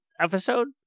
episode